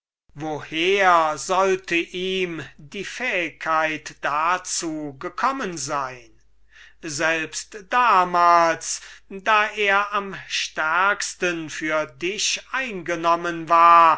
woher sollte denen von seiner art die fähigkeit dazu kommen selbst damals da er am stärksten für dich eingenommen war